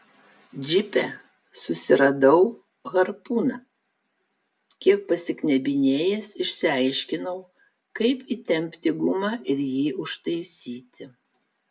džipe susiradau harpūną kiek pasiknebinėjęs išsiaiškinau kaip įtempti gumą ir jį užtaisyti